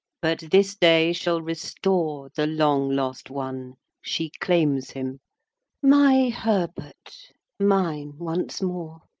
but this day shall restore the long lost one she claims him my herbert mine once more!